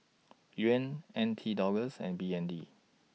Yuan N T Dollars and B N D